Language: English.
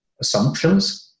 assumptions